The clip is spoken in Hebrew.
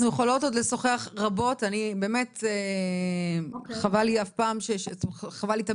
אנחנו יכולות עוד לשוחח רבות בנושא וחבל לי תמיד שאין